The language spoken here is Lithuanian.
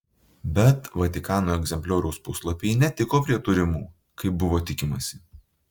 bet vatikano egzemplioriaus puslapiai netiko prie turimų kaip buvo tikimasi